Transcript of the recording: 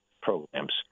programs